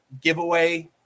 giveaway